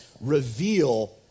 reveal